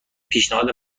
پیشنهاد